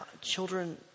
children